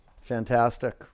Fantastic